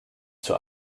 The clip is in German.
zur